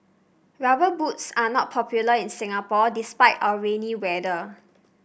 rubber boots are not popular in Singapore despite our rainy weather